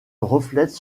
reflète